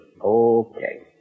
Okay